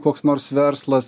koks nors verslas